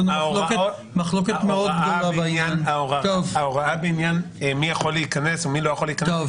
ההוראה בעניין מי יכול להיכנס ומי לא יכול להיכנס היא